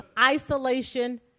isolation